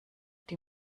die